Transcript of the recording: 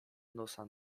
nosa